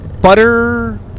butter